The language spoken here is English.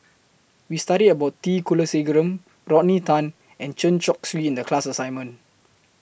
We studied about T Kulasekaram Rodney Tan and Chen Chong Swee in The class assignment